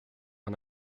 man